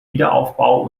wiederaufbau